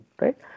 right